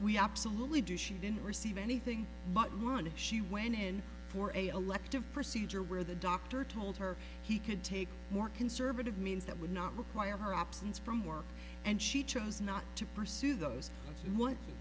we absolutely do she didn't receive anything but monna she went in for a elective procedure where the doctor told her he could take more conservative means that would not require her absence from work and she chose not to pursue those